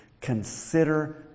consider